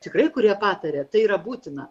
tikrai kurie pataria tai yra būtina